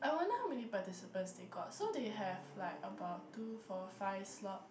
I wonder how many participants they got so they have like about two four five slots